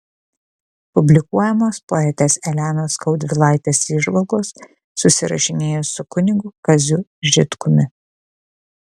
publikuojamos poetės elenos skaudvilaitės įžvalgos susirašinėjus su kunigu kaziu žitkumi